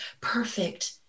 perfect